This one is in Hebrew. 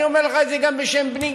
ואני אומר לך את זה גם בשם בני.